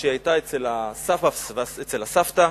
אצל הסבתא.